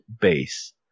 base